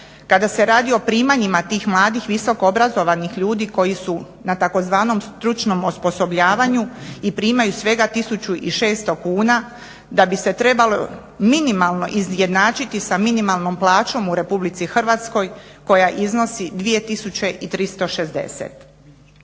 kada se radi o primanjima tih mladih visokoobrazovanih ljudi koji su na tzv. stručnom osposobljavanju i primaju svega 1600 kuna da bi se trebalo minimalno izjednačiti sa minimalnom plaćom u RH koja iznosi 2360.